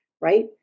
Right